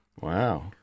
Wow